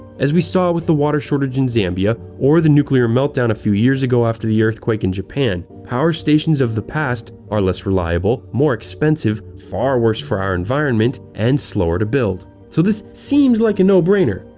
as we saw with the water shortage in zambia or the nuclear meltdown a few years ago after the earthquake in japan power stations of the past are less reliable, more expensive, far worse for our environment, and slower to build. so this seems like a no-brainer,